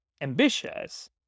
ambitious